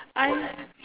I